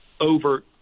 over